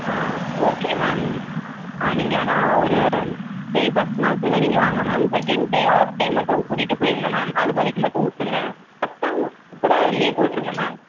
ஆ okay ma'am ஆ நீங்கள் ஆனால் ஒரு சரி ஃபஸ்ட் நாள் ஃபுல்லாக நீங்கள் வாங்க ma'am second day half day மட்டும் கூட்டிகிட்டு போய்விடுங்க மேம் அதுமாதிரிக்கி மட்டும் விட்ருங்க ஃபஸ்ட் நாள் கூட லீவ் போட்டிருங்க மேம்